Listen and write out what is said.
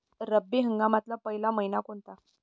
रब्बी हंगामातला पयला मइना कोनता?